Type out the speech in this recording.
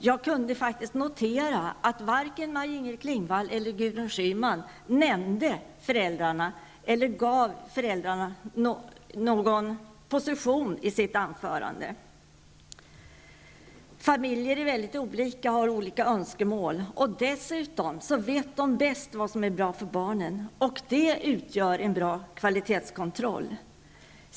Jag kunde faktiskt notera att varken Maj-Inger Klingvall eller Gudrun Schyman i sina anföranden nämnde föräldrarna eller gav föräldrarna någon position. Familjer är väldigt olika och har olika önskemål. Dessutom vet de bäst vad som är bra för barnen, och det utgör en bra kvalitetskontroll.